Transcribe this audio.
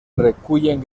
recullen